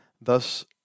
thus